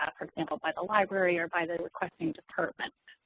ah for example, by the library or by the requesting department?